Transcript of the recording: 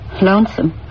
lonesome